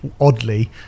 oddly